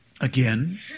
again